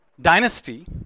dynasty